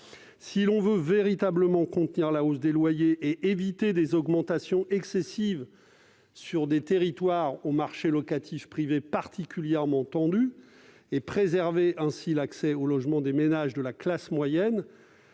Si l'on veut véritablement contenir la hausse des loyers, éviter des augmentations excessives dans des territoires au marché locatif privé particulièrement tendu, préserver ainsi l'accès au logement des ménages de la classe moyenne,